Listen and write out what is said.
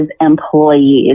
employees